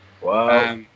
Wow